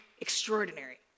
extraordinary